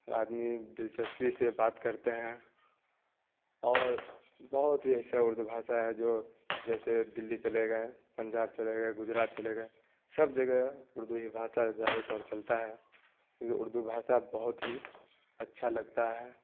آدمی دلچسپی سے بات کرتے ہیں اور بہت ہی ایسا اردو بھاسا ہے جو جیسے دلّی چلے گئے پنجاب چلے گئے گجرات چلے گئے سب جگہ اردو ہی بھاشا زیادہ طور چلتا ہے یہ اردو بھاشا بہت ہی اچھا لگتا ہے